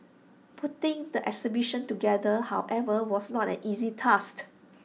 putting the exhibition together however was not an easy task